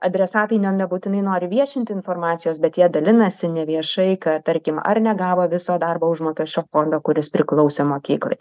adresatai nebūtinai nori viešinti informacijos bet jie dalinasi neviešai kad tarkim ar negavo viso darbo užmokesčio fondo kuris priklausė mokyklai